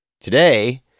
Today